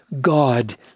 God